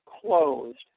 closed